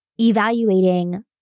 evaluating